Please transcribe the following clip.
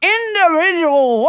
Individual